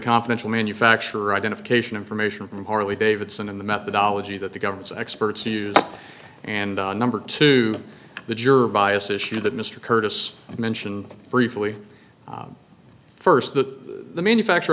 confidential manufacturer identification information from harley davidson and the methodology that the government's experts use and number two the juror bias issue that mr curtis mention briefly first the manufacture